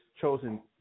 chosen